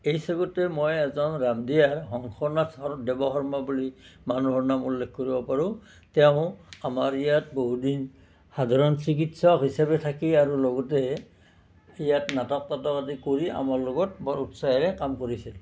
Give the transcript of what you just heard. এই চেগতে মই এজন ৰামদিয়াৰ হংসনাথ শৰ দেৱশৰ্মা বুলি মানুহৰ নাম উল্লেখ কৰিব পাৰোঁ তেওঁ আমাৰ ইয়াত বহুদিন সাধাৰণ চিকিৎসক হিচাপে থাকি আৰু লগতে ইয়াত নাটক তাটক আদি কৰি আমাৰ লগত বৰ উৎসাহেৰে কাম কৰিছিল